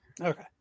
Okay